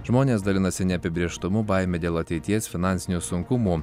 žmonės dalinasi neapibrėžtumu baime dėl ateities finansinių sunkumų